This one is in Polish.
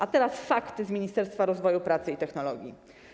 A teraz fakty z Ministerstwa Rozwoju, Pracy i Technologii.